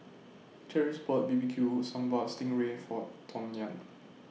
Cherise bought B B Q Sambal Sting Ray For Tawnya